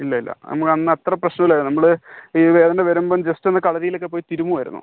ഇല്ല ഇല്ല നമുക്ക് അന്ന് അത്ര പ്രശ്നമില്ലായിരുന്നു നമ്മൾ ഈ വേദന വരുമ്പം ജസ്റ്റ് ഒന്ന് കളരിയിലൊക്കെ പോയി തിരുമ്മുമായിരുന്നു